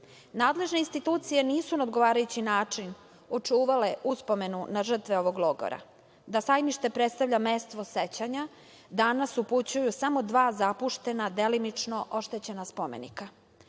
Nadležne institucije nisu na odgovarajući način očuvale uspomenu na žrtve ovog logora. Da „Sajmište“ predstavlja mesto sećanja danas upućuju samo dva zapuštena delimično oštećena spomenika.